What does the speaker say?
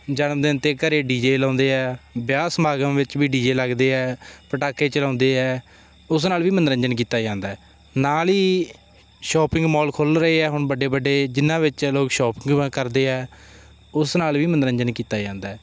ਜਨਮ ਦਿਨ 'ਤੇ ਘਰ ਡੀ ਜੇ ਲਗਾਉਂਦੇ ਆ ਵਿਆਹ ਸਮਾਗਮ ਵਿੱਚ ਵੀ ਡੀ ਜੇ ਲੱਗਦੇ ਹੈ ਪਟਾਖੇ ਚਲਾਉਂਦੇ ਆ ਉਸ ਨਾਲ ਵੀ ਮਨੋਰੰਜਨ ਕੀਤਾ ਜਾਂਦਾ ਨਾਲ ਹੀ ਸ਼ੋਪਿੰਗ ਮਾਲ ਖੁੱਲ੍ਹ ਰਹੇ ਹੈ ਹੁਣ ਵੱਡੇ ਵੱਡੇ ਜਿਨ੍ਹਾਂ ਵਿੱਚ ਲੋਕ ਸ਼ੋਪਿੰਗਾ ਵੀ ਕਰਦੇ ਆ ਉਸ ਨਾਲ ਵੀ ਮਨੋਰੰਜਨ ਕੀਤਾ ਜਾਂਦਾ